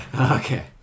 okay